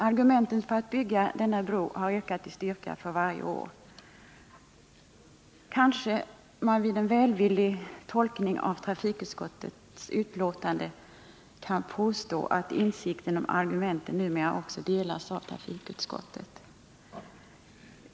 Argumenten för att bygga denna bro har ökat i styrka för varje år. Kanske man vid en välvillig tolkning av trafikutskottets betänkande kan påstå att insikten om argumenten numera också delas av trafikutskottet.